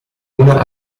una